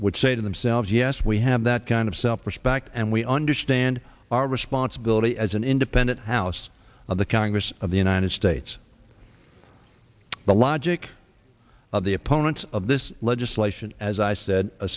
would say to themselves yes we have that kind of self respect and we understand our responsibility as an independent house of the congress of the united states the logic of the opponents of this legislation as i said a